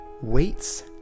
Weights